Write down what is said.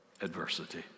Adversity